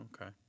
Okay